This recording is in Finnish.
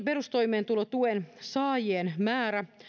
perustoimeentulotuen saajien määrä